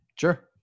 Sure